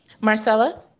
Marcella